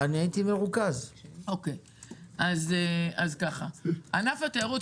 ענף התיירות,